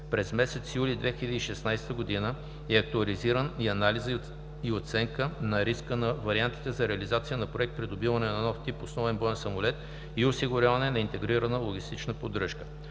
през месец юли 2016 г. е актуализиран Анализ и оценка на риска на вариантите за реализация на Проект „Придобиване на нов тип основен боен самолет и осигуряване на интегрирана логистична поддръжка“;